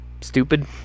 stupid